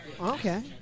Okay